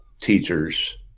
teachers